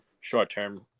short-term